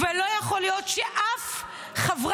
ולא יכול להיות שאף חברה,